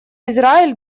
израиль